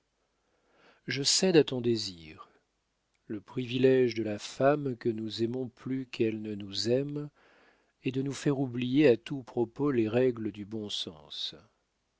je cède à ton désir le privilége de la femme que nous aimons plus qu'elle ne nous aime est de nous faire oublier à tout propos les règles du bon sens